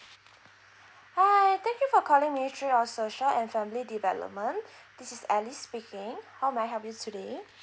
hi thank you for calling ministry of social and family development this is alice speaking how may I help you today